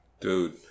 Dude